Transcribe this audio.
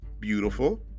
beautiful